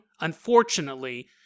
Unfortunately